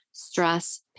stress